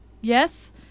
yes